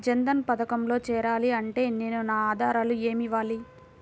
జన్ధన్ పథకంలో చేరాలి అంటే నేను నా ఆధారాలు ఏమి ఇవ్వాలి?